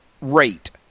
rate